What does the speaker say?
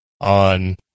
on